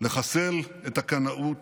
לחסל את הקנאות,